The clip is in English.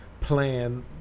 plan